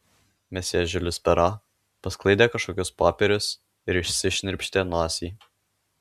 mesjė žiulis pero pasklaidė kažkokius popierius ir išsišnirpštė nosį